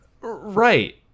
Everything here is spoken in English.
right